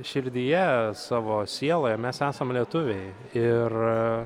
širdyje savo sieloje mes esam lietuviai ir